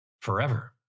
forever